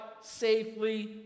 safely